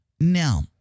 Now